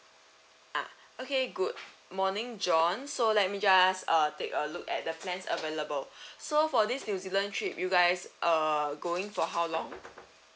ah okay good morning john so let me just err take a look at the plans available so for this new zealand trip you guys err going for how long